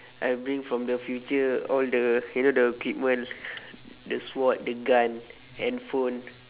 I'll bring from the future all the you know the equipment the sword the gun handphone